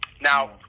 Now